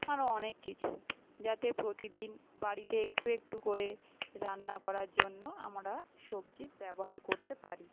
আরও অনেক কিছু যাতে প্রতিদিন বাড়িতে একটু একটু করে রান্না করার জন্য আমরা সবজির ব্যবহার করতে পারি